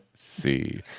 see